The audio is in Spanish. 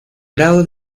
grado